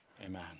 amen